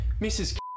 Mrs